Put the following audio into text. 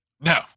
No